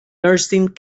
nursing